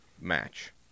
match